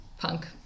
punk